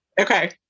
Okay